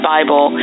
Bible